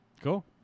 Cool